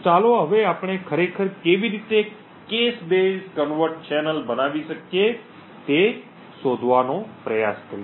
ચાલો હવે આપણે ખરેખર કેવી રીતે 'cache cache base convert channel' બનાવી શકીએ તે શોધવાનો પ્રયાસ કરીએ